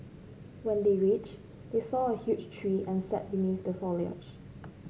when they reached they saw a huge tree and sat beneath the foliage